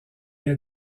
est